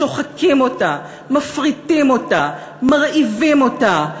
שוחקים אותה, מפריטים אותה, מרעיבים אותה.